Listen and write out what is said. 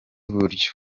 buryo